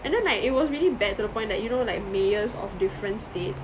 and then like it was really bad to the point that you know like mayors of different states